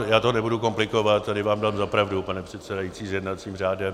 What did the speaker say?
Já to nebudu komplikovat, tady vám dám za pravdu, pane předsedající, s jednacím řádem.